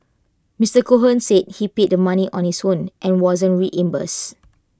Mister Cohen says he paid the money on his own and wasn't reimbursed